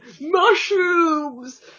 MUSHROOMS